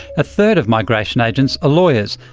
a third of migration agents are lawyers,